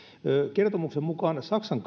kertomuksen mukaan saksan